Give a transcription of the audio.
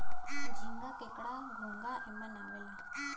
झींगा, केकड़ा, घोंगा एमन आवेला